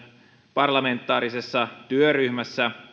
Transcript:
parlamentaarisessa työryhmässä